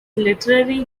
literary